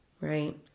right